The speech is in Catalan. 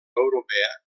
europea